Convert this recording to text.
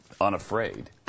unafraid